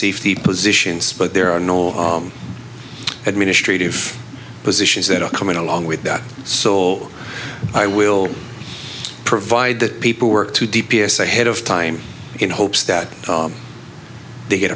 safety positions but there are no administrative positions that are coming along with that so i will provide that people work to d p s ahead of time in hopes that they get